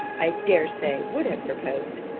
i dare say, would have proposed,